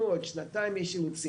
איפה הפקחים?